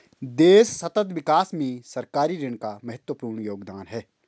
देश सतत विकास में सरकारी ऋण का महत्वपूर्ण योगदान है